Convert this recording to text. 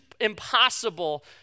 impossible